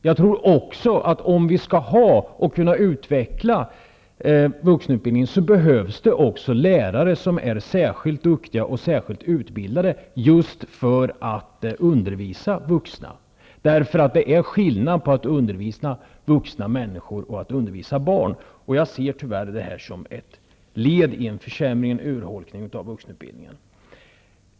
Om vi skall ha, och om vi skall kunna utveckla, vuxenutbildningen tror jag också att det behövs lärare som är särskilt duktiga och särskilt utbildade just för att undervisa vuxna. Det är ju skillnad mellan att undervisa vuxna människor och att undervisa barn. Jag ser förslaget, tyvärr, som en försämring, en urholkning, av vuxenutbildningen.